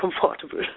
comfortable